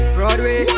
Broadway